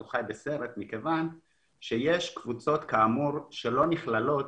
הוא חי בסרט מכיוון שיש קבוצות שלא נכללות